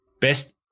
best